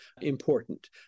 important